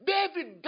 David